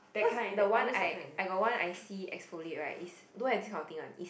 cause the one I I got one I see exfoliate right is don't have this kind of thing one is